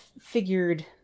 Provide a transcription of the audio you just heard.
figured